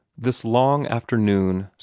this long afternoon,